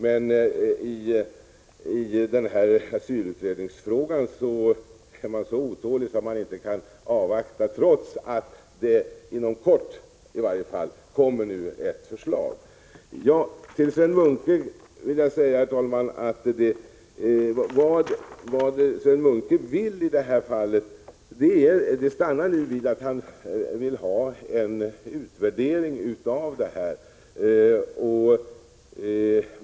Men i asylutredningsfrågan är man så otålig att man inte kan avvakta, trots att det i alla fall inom kort kommer att läggas fram ett förslag. När det gäller vad Sven Munke vill i detta sammanhang stannar det nu vid att han vill ha en utvärdering.